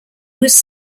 was